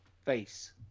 face